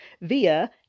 via